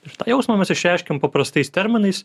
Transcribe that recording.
ir tą jausmą mes išreiškiam paprastais terminais